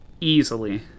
easily